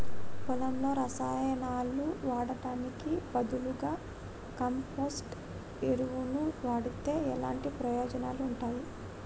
పొలంలో రసాయనాలు వాడటానికి బదులుగా కంపోస్ట్ ఎరువును వాడితే ఎలాంటి ప్రయోజనాలు ఉంటాయి?